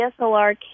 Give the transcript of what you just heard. DSLR